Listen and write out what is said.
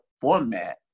format